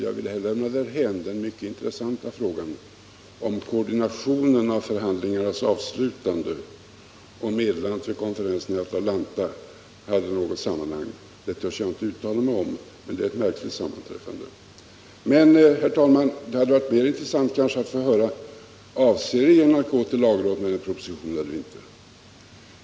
Jag vill lämna därhän den mycket intressanta frågan om koordinationen av förhandlingarnas avslutande och meddelandet vid konferensen i Atlanta hade något samband. Det törs jag inte uttala mig om, men det är ett märkligt sammanträffande. Det hade, herr talman, kanske varit mer intressant att få höra huruvida regeringen avser att gå till lagrådet med propositionen eller inte.